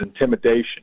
intimidation